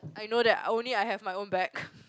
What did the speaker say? I know that I only have my own back